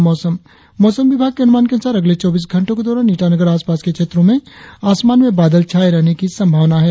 और अब मौसम मौसम विभाग के अनुमान के अनुसार अगले चौबीस घंटो के दौरान ईटानगर और आसपास के क्षेत्रो में आसमान में बादल छाये रहने की संभावना है